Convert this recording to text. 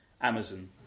Amazon